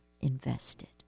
invested